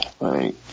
Right